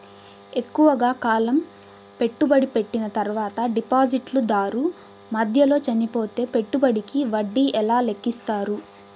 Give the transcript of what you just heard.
ఎక్కువగా కాలం పెట్టుబడి పెట్టిన తర్వాత డిపాజిట్లు దారు మధ్యలో చనిపోతే పెట్టుబడికి వడ్డీ ఎలా లెక్కిస్తారు?